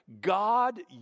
God